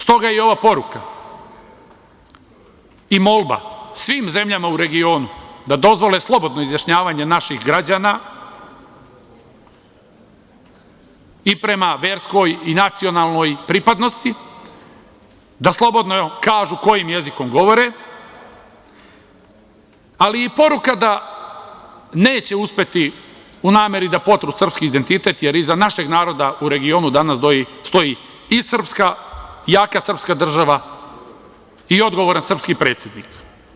Stoga je i ova poruka i molba svim zemljama u regionu da dozvole slobodno izjašnjavanje naših građana i prema verskoj i nacionalnoj pripadnosti, da slobodno kažu kojim jezikom govore, ali i poruka da neće uspeti u nameri da potru srpski identitet, jer iza našeg naroda u regionu danas stoji i jaka srpska država i odgovoran srpski predsednik.